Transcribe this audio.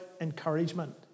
encouragement